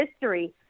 history